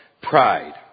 pride